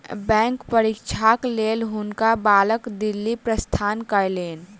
bank परीक्षाक लेल हुनका बालक दिल्ली प्रस्थान कयलैन